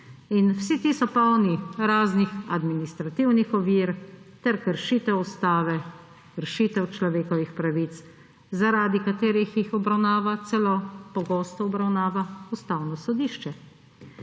In vsi ti so polni raznih administrativnih ovir ter kršitev ustave, kršitev človekovih pravic, zaradi katerih jih obravnava, celo pogosto obravnava, Ustavno sodišče.